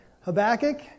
Habakkuk